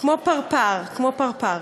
כמו פרפר, כמו פרפר.